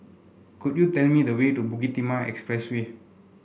could you tell me the way to Bukit Timah Expressway